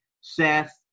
seth